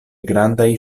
grandaj